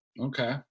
Okay